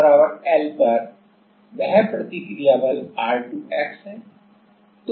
x L पर वह प्रतिक्रिया बल R2x है